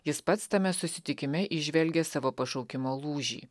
jis pats tame susitikime įžvelgė savo pašaukimo lūžį